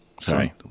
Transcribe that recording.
Sorry